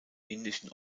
indischen